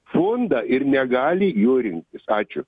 fondą ir negali jų rinktis ačiū